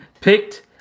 picked